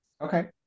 okay